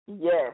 Yes